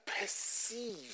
perceive